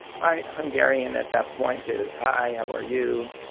my hungarian at that point is hi, how are you,